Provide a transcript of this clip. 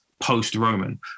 post-Roman